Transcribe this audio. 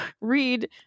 read